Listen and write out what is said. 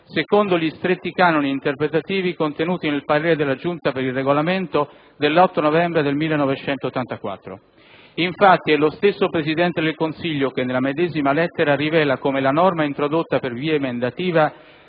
secondo gli stretti canoni interpretativi contenuti nel parere della Giunta per il Regolamento dell'8 novembre 1984. Infatti, è lo stesso Presidente del Consiglio che, nella medesima lettera, rivela come la norma introdotta per via emendativa